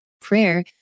Prayer